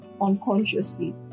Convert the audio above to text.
unconsciously